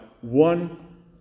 one